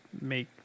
make